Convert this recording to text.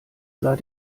sah